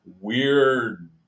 weird